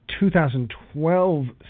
2012